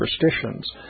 superstitions